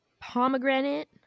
pomegranate